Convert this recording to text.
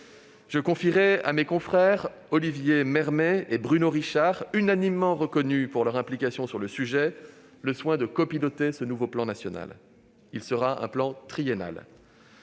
Je confierai à mes confrères Olivier Mermet et Bruno Richard, unanimement reconnus pour leur implication sur le sujet, le soin de copiloter ce nouveau plan national triennal.